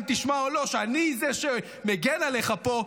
אם תשמע או לא שאני זה שמגן עליך פה,